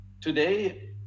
today